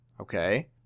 Okay